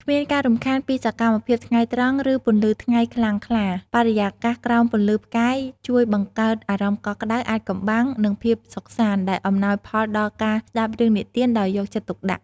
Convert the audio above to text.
គ្មានការរំខានពីសកម្មភាពថ្ងៃត្រង់ ឬពន្លឺថ្ងៃខ្លាំងក្លា បរិយាកាសក្រោមពន្លឺផ្កាយជួយបង្កើតអារម្មណ៍កក់ក្ដៅ អាថ៌កំបាំង និងភាពសុខសាន្ត ដែលអំណោយផលដល់ការស្ដាប់រឿងនិទានដោយយកចិត្តទុកដាក់ ។